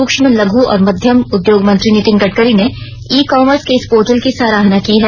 सुक्ष्म लघ और मध्यम उद्योग मंत्री नितिन गडकरी ने ई कामर्स के इस पोर्टल की सराहना की है